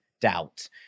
doubt